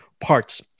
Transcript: parts